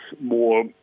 more